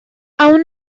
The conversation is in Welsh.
awn